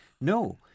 No